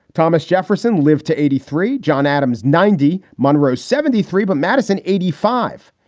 thomas jefferson lived to eighty three. john adams, ninety. monroe, seventy three. but madison, eighty five.